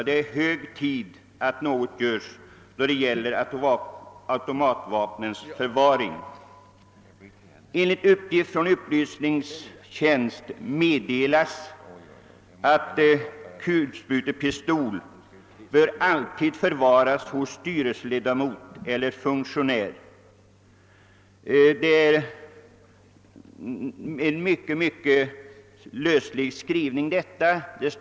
Det är hög tid att något görs då det gäller automatvapnens förvaring. Enligt uppgift från upplysningstjänsten finns det en föreskrift om att kulsprutepistol alltid bör förvaras hos styrelseledamot eller funktionär. Det är en mycket löslig skrivning.